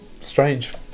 strange